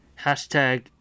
Hashtag